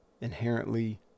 inherently